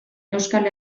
euskal